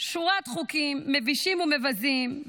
שורת חוקים מבישים ומבזים.